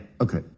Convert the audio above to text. Okay